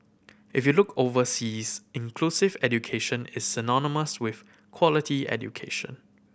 if you look overseas inclusive education is synonymous with quality education